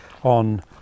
on